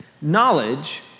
Knowledge